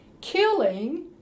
killing